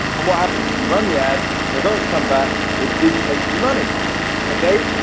um what happens you run the ads results. come back. it didn't make you money okay,